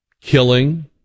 Killing